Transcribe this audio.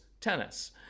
tennis